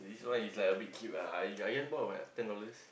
this one is like a bit cute ah I I just bought what ten dollars